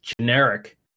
generic